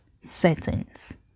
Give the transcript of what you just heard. settings